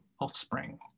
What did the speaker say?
offspring